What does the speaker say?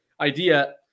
idea